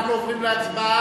אנחנו עוברים להצבעה,